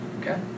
Okay